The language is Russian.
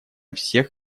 всех